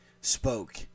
spoke